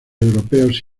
europeos